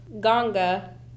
Ganga